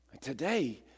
Today